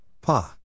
Pa